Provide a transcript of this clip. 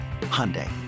Hyundai